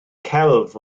celf